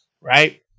right